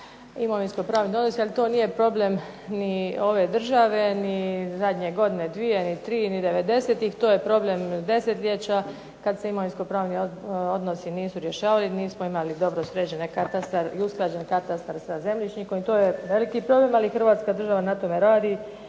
to je definitivno. Ali to nije problem ni ove države ni zadnje godine, ni dvije, ni tri, ni devedesetih to je problem desetljeća kada se imovinsko-pravni odnosi nisu rješavali, nismo imali dobro sređen katastar i usklađen katastar sa zemljišnikom i to je veliki problem. Ali Hrvatska država na tome radi